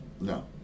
No